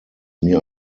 mir